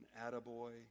attaboy